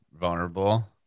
vulnerable